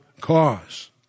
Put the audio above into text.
cause